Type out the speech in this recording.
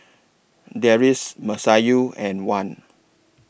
Deris Masayu and Wan